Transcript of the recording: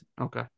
okay